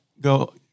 go